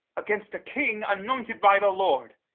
against a king anointed by the lord.